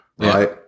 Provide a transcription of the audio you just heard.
Right